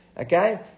Okay